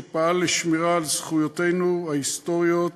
שפעל לשמירה על זכויותינו ההיסטוריות